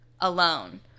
alone